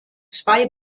zwei